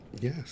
Yes